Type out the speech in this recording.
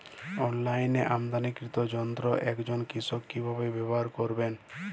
অনলাইনে আমদানীকৃত যন্ত্র একজন কৃষক কিভাবে ব্যবহার করবেন?